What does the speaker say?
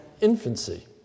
infancy